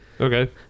Okay